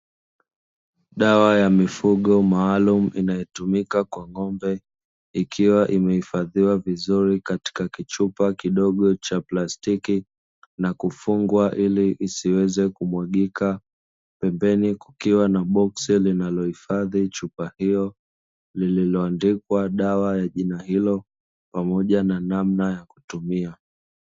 Dawa ya mifugo maalumu inayotumika kwa ng'ombe ikiwa imehifadhiwa vizuri katika kichupa kidogo cha plastiki na kufungwa ili isiweze kumwagika. Pembeni kukiwa na boksi linalohifadhi chupa hiyo lililoandikwa dawa ya jina hilo pamoja na namna ya kutumia.